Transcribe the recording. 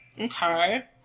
Okay